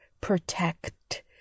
protect